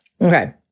Okay